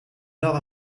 nord